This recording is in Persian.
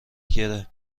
گـره